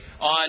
on